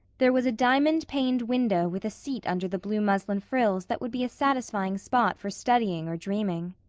there was a diamond-paned window with a seat under the blue muslin frills that would be a satisfying spot for studying or dreaming.